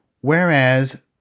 Whereas